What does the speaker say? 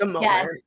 yes